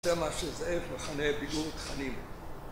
זה מה שזאב מכנה בידור ותכנים